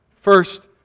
first